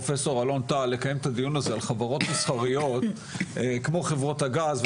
פרופ' אלון טל לקיים את הדיון הזה על חברות מסחריות כמו חברות הגז,